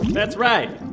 that's right.